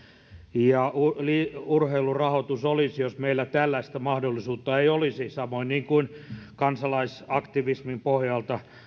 ja urheilun rahoitus olisi jos meillä tällaista mahdollisuutta ei olisi samoin kuin kansalaisaktivismin pohjalta